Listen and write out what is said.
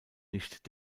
nicht